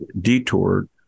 detoured